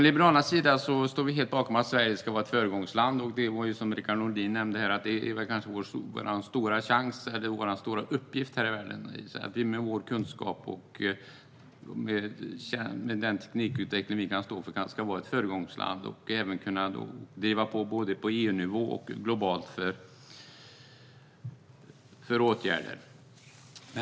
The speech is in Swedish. Liberalerna står helt bakom att Sverige ska vara ett föregångsland. Som Rickard Nordin nämnde är kanske detta vår stora chans eller uppgift här i världen. Med vår kunskap och teknikutveckling ska vi vara ett föregångsland och driva på även på EU-nivå och globalt för åtgärder.